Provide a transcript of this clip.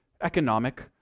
economic